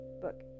book